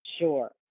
Sure